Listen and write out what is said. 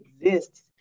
exists